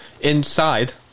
inside